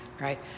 right